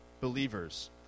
believers